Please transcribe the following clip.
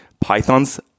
Pythons